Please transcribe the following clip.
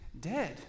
dead